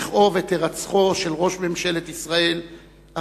לכאוב את הירצחו של ראש ממשלת ישראל אפילו